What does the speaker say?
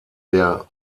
der